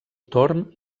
torn